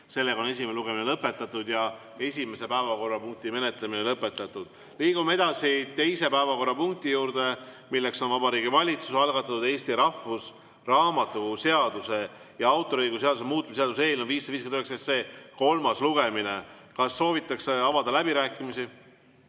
kell 17.15. Esimene lugemine on lõpetatud ja ka esimese päevakorrapunkti menetlemine on lõpetatud. Liigume teise päevakorrapunkti juurde, milleks on Vabariigi Valitsuse algatatud Eesti Rahvusraamatukogu seaduse ja autoriõiguse seaduse muutmise seaduse eelnõu 559 kolmas lugemine. Kas soovitakse avada läbirääkimisi?